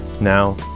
now